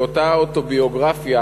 באותה אוטוביוגרפיה,